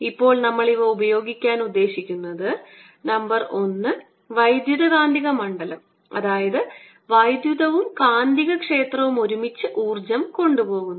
ഇപ്പോൾ നമ്മൾ ഇവ ഉപയോഗിക്കാൻ ഉദ്ദേശിക്കുന്നത് നമ്പർ 1 വൈദ്യുതകാന്തിക മണ്ഡലം അതായത് വൈദ്യുതവും കാന്തികക്ഷേത്രവും ഒരുമിച്ച് ഊർജ്ജം കൊണ്ടുപോകുന്നു